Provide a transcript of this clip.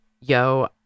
yo